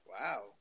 Wow